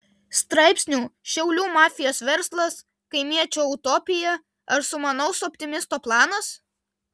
straipsnių šiaulių mafijos verslas kaimiečio utopija ar sumanaus optimisto planas